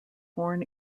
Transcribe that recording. born